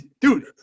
Dude